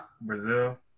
Brazil